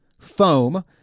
foam